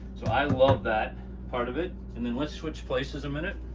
so i love that part of it. and then let's switch places a minute.